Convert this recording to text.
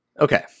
Okay